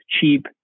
cheap